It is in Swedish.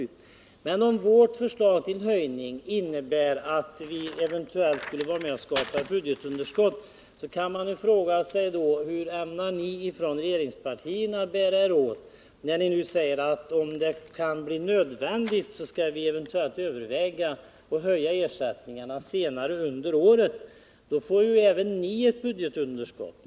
Men om vårt förslag till höjning innebär att vi eventuellt skulle vara med och skapa ett budgetunderskott kan man väl fråga: Hur ämnar ni inom regeringspartierna bära er åt, när ni nu säger att om det blir nödvändigt skall ni eventuellt överväga att höja ersättningarna senare under året? Då får ju även ni ett budgetunderskott.